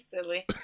silly